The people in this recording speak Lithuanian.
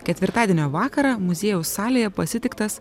ketvirtadienio vakarą muziejaus salėje pasitiktas